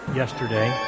yesterday